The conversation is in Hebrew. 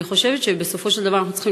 אני חושבת שבסופו של דבר אנחנו צריכים